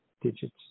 digits